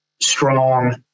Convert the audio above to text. strong